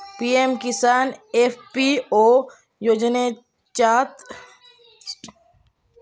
PM Kisan FPO योजनाच्यात शेतकऱ्यांका काय मिळता?